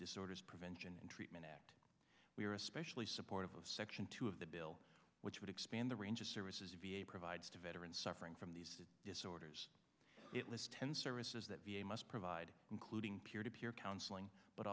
disorders prevention and treatment act we are especially supportive of section two of the bill which would expand the range of services v a provides to veterans suffering from these disorders it lists ten services that v a must provide including peer to peer counseling but